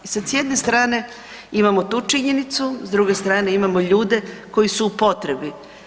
I sad s jedne strane imamo tu činjenicu, s druge strane imamo ljude koji su u potrebi.